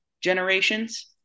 generations